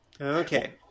Okay